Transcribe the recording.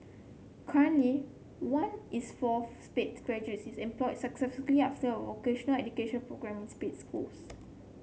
currently one is four Sped graduates is employed successfully after vocational education programmes in Sped schools